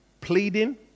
pleading